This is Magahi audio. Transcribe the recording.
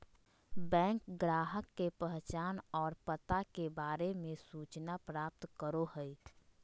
बैंक ग्राहक के पहचान और पता के बारे में सूचना प्राप्त करो हइ